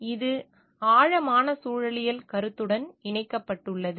எனவே இது ஆழமான சூழலியல் கருத்துடன் இணைக்கப்பட்டுள்ளது